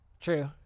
True